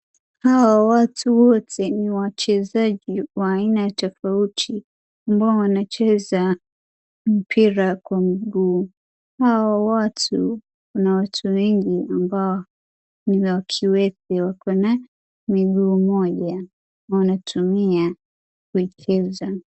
Hawa watu wote ni wachezaji wa aina tofauti ambao wanacheza mpira kwa mguu. Hawa watu wana watu wengi ambao ni wa kiwete wako na miguu moja wanatumia kucheza.